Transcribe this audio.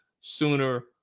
sooner